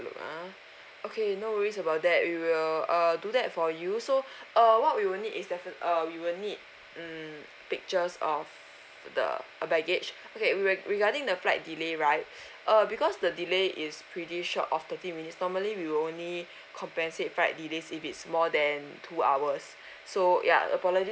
look ah okay no worries about that we will err do that for you so uh what we will need is definitely uh we will need mm pictures of the baggage okay reg~ regarding the flight delay right uh because the delay is pretty short of thirty minutes normally we will only compensate flight delays if it's more than two hours so ya the policy